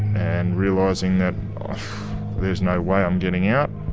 and realizing that there's no way i'm getting out,